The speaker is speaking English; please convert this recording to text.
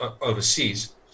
overseas